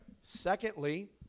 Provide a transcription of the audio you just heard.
Secondly